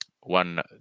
one